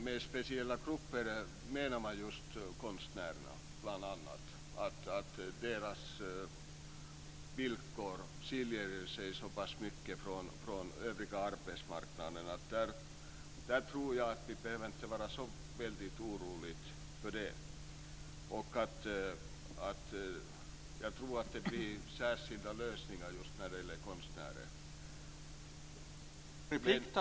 Med speciella grupper menar man just konstnärerna. Deras villkor skiljer sig så pass mycket från övriga arbetsmarknaden. Där tror jag att vi inte behöver vara så väldigt oroliga. Jag tror att det kommer att bli särskilda lösningar för konstnärerna.